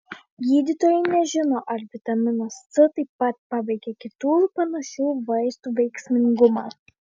gydytojai nežino ar vitaminas c taip pat paveikia kitų panašių vaistų veiksmingumą